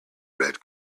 red